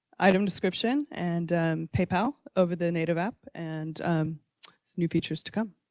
item description and paypal over the native app and new features to come.